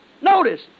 Notice